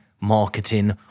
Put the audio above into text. marketing